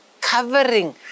covering